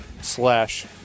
slash